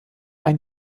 ein